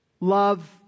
Love